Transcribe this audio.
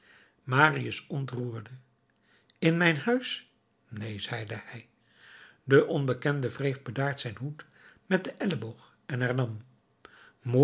marius ontroerde in mijn huis neen zeide hij de onbekende wreef bedaard zijn hoed met den elleboog en